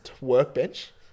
workbench